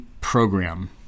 program